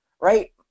right